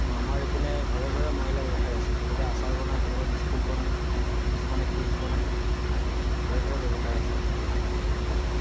অঁ আমাৰ ইপিনে ঘৰে ঘৰে মহিলা ব্যৱসায়ী আছে কোনোবাই আচাৰ বনায় কোনোবাই বিস্কুট বনায় কিছুমানে কেক বনায় ঘৰে ঘৰে ব্যৱসায় আছে আমাৰ মহিলাবিলাকৰ